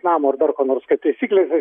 namo ar dar ko nors kaip taisyklėse